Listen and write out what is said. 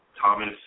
Thomas